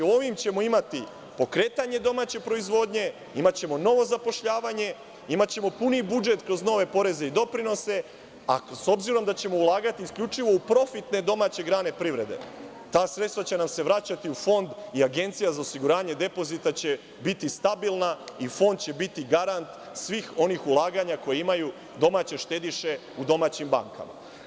Dakle, ovim ćemo imati pokretanje domaće proizvodnje, imaćemo novo zapošljavanje, imaćemo puniji budžet kroz nove poreze i doprinose, a s obzirom da ćemo ulagati isključivo u profitne domaće grane privrede, ta sredstva će nam se vraćati u fond i Agencija za osiguranje depozita će biti stabilna i fond će biti garant svih onih ulaganja koje imaju domaće štediše u domaćim bankama.